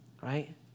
right